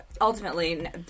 ultimately